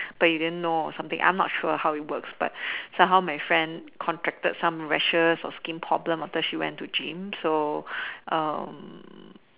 but you didn't know or something I'm not sure how it works but somehow my friend contracted some rashes or skin problem after she went to gym so um